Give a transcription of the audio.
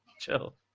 chill